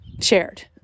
shared